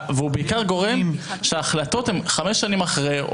והוא בעיקר גורם שההחלטות הם חמש שנים אחרי,